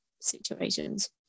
situations